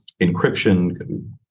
encryption